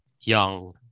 young